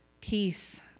Peace